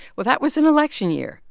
well, that was an election year,